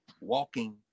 walking